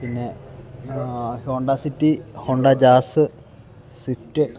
പിന്നെ Honda City Honda Jazz Swift